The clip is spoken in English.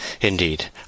Indeed